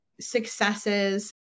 successes